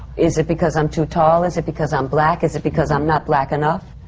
is it because i'm too tall? is it because i'm black? is it because i'm not black enough?